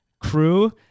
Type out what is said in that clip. crew